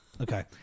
Okay